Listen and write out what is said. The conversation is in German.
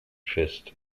fest